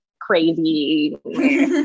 crazy